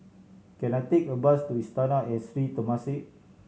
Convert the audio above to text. can I take a bus to Istana and Sri Temasek